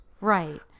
Right